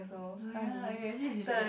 oh ya eh actually we should do that